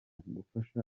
gufasha